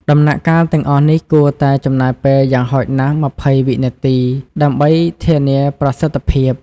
ដំណាក់កាលទាំងអស់នេះគួរតែចំណាយពេលយ៉ាងហោចណាស់ ២០ វិនាទី ដើម្បីធានាប្រសិទ្ធភាព។